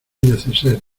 neceser